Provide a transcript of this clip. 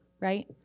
right